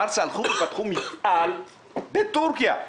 חרסה פתחה מפעל בטורקיה.